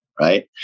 right